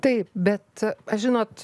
taip bet žinot